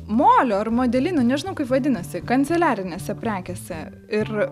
molio ar modelinio nežinau kaip vadinasi kanceliarinėse prekėse ir